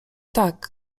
tak